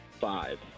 five